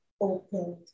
opened